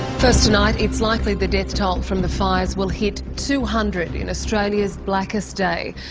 first tonight, it's likely the death toll from the fires will hit two hundred in australia's blackest day.